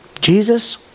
Jesus